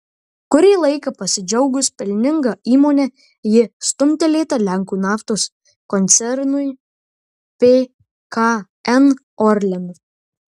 kurį laiką pasidžiaugus pelninga įmone ji stumtelėta lenkų naftos koncernui pkn orlen